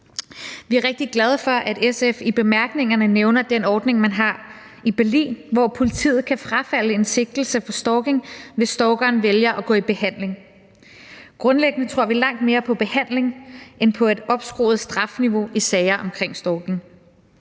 Vi er rigtig glade for, at SF i bemærkningerne nævner den ordning, man har i Berlin, hvor politiet kan frafalde en sigtelse for stalking, hvis stalkeren vælger at gå i behandling. Grundlæggende tror vi langt mere på behandling end på et opskruet strafniveau i sager om stalking.